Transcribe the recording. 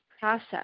process